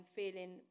feeling